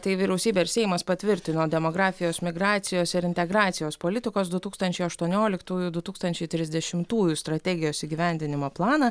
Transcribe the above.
tai vyriausybė ir seimas patvirtino demografijos migracijos ir integracijos politikos du tūkstančiai aštuonioliktųjų du tūkstančiai trisdešimtųjų strategijos įgyvendinimo planą